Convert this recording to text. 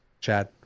Chad